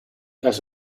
las